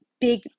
big